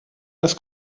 das